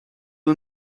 who